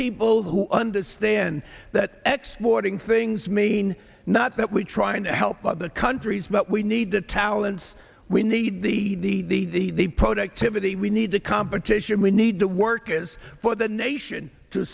people who understand that exploiting things mean not that we're trying to help other countries but we need the talents we need the productivity we need the competition we need the workers for the nation to